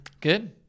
Good